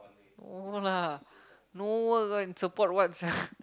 no lah no work go and support what sia